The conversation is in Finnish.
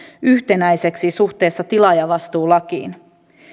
yhtenäiseksi suhteessa tilaajavastuulakiin